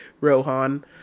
Rohan*